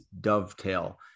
dovetail